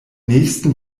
nächsten